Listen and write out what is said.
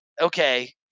okay